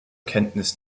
kenntnis